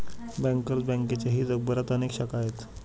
bankers बँकेच्याही जगभरात अनेक शाखा आहेत